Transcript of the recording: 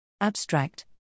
Abstract